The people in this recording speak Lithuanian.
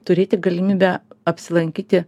turėti galimybę apsilankyti